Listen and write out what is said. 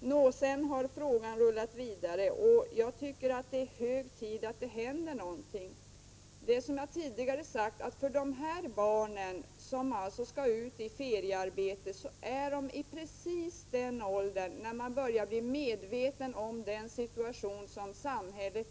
Nå, sedan har frågan rullat vidare, och jag tycker att det är hög tid att det händer någonting. När de här barnen, som jag tidigare sagt, skall ut i feriearbete, är de precis i den åldern när man börjar bli medveten om samhället.